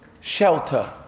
shelter